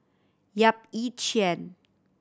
Yap Ee Chian